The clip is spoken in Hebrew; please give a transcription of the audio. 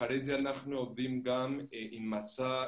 אחרי זה אנחנו עובדים גם עם 'מסע',